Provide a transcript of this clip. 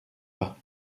pas